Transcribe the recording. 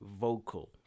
vocal